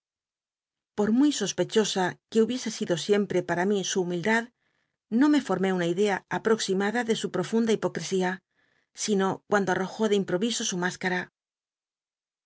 callaos muy sospechosa e huijiese sido siempre po para mi su humildad no me formé una idea apoximada de sn profunda hipocrc ia sino ruando arrojó de improdso sn